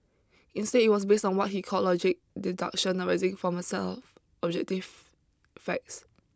instead it was based on what he called logic deduction arising from a set of objective facts